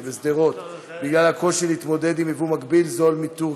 בשדרות בגלל הקושי להתמודד עם יבוא מקביל זול מטורקיה,